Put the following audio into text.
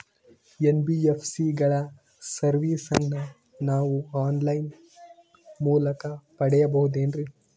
NBSC ಗಳ ಸರ್ವಿಸನ್ನ ನಾವು ಆನ್ ಲೈನ್ ಮೂಲಕ ಪಡೆಯಬಹುದೇನ್ರಿ?